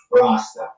Rasta